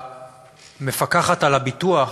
המפקחת על הביטוח,